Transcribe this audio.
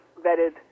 vetted